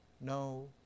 no